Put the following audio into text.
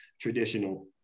traditional